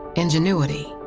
ingenuity,